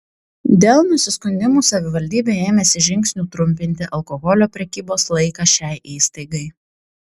dėl nusiskundimų savivaldybė ėmėsi žingsnių trumpinti alkoholio prekybos laiką šiai įstaigai